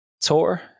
tour